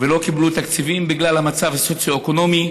ולא קיבלו תקציבים בגלל המצב הסוציו-אקונומי.